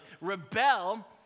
rebel